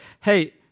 hey